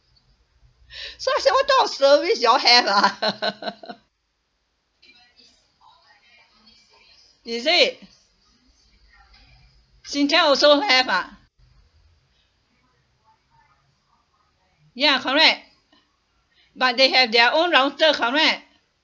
so I said what type of service you all have lah is it singtel also have ah ya correct but they have their own router correct